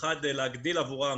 ראשית, להגדיל עבורם